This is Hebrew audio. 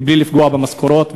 בלי לפגוע במשכורות.